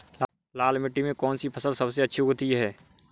लाल मिट्टी में कौन सी फसल सबसे अच्छी उगती है?